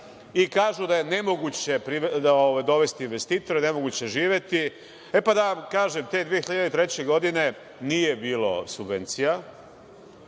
i kažu da je nemoguće dovesti investitora, da je nemoguće živeti.E, pa da vam kažem, te 2003. godine nije bilo subvencija.